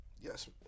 Yes